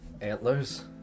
Antlers